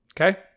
Okay